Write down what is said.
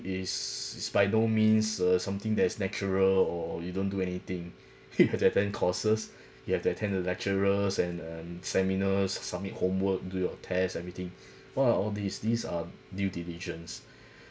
is is by no means uh something that is natural or you don't do anything he could attend courses you have to attend lecturers and and seminars submit homework do your tests everything what are all these these are due diligence